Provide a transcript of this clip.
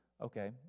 Okay